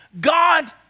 God